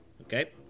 Okay